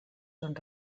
són